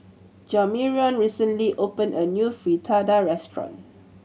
Jamarion recently opened a new Fritada restaurant